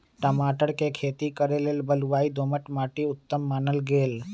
टमाटर कें खेती करे लेल बलुआइ दोमट माटि उत्तम मानल गेल